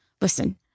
listen